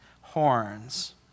horns